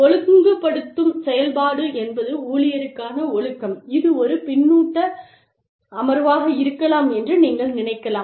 ஒழுங்குபடுத்தும் செயல்பாடு என்பது ஊழியருக்கான ஒழுக்கம் இது ஒரு பின்னூட்ட அமர்வாக இருக்கலாம் என்று நீங்கள் நினைக்கலாம்